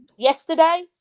Yesterday